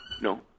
No